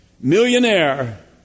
millionaire